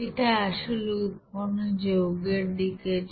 এটা আসলে উৎপন্ন যৌগের দিকের জন্য